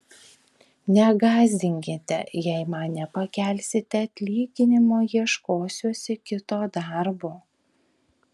negąsdinkite jei man nepakelsite atlyginimo ieškosiuosi kito darbo